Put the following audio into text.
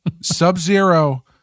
Sub-Zero